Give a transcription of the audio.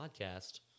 podcast